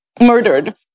murdered